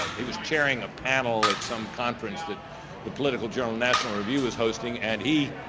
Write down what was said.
ah he was chairing a panel at some conference that the political journal national review was hosting and he